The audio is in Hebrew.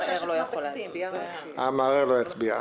המערער עצמו לא יצביע.